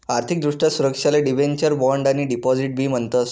आर्थिक दृष्ट्या सुरक्षाले डिबेंचर, बॉण्ड आणि डिपॉझिट बी म्हणतस